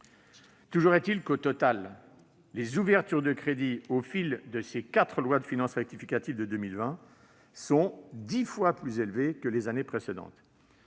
Toujours est-il que, au total, les ouvertures de crédits au fil des quatre lois de finances rectificatives de 2020 sont dix fois plus élevées que les années précédentes.